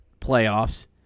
playoffs